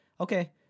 okay